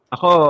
Ako